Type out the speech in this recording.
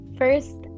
first